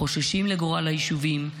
חוששים לגורל היישובים,